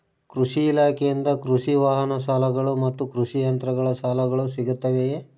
ಕೃಷಿ ಇಲಾಖೆಯಿಂದ ಕೃಷಿ ವಾಹನ ಸಾಲಗಳು ಮತ್ತು ಕೃಷಿ ಯಂತ್ರಗಳ ಸಾಲಗಳು ಸಿಗುತ್ತವೆಯೆ?